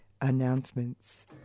announcements